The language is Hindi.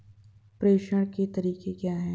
प्रेषण के तरीके क्या हैं?